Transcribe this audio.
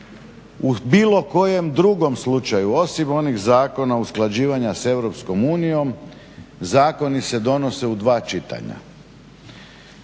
U bilo kojem drugom slučaju osim onih zakona usklađivanja sa Europskom unijom, zakoni se donose u dva čitanja.